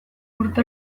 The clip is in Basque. urte